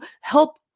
help